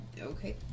Okay